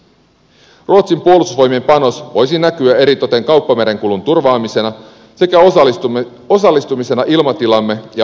ruotsin puolustusvoimien panos voisi näkyä eritoten kauppamerenkulun turvaamisena sekä osallistumisena ilmatilamme ja ahvenanmaan puolustukseen